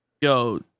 Yo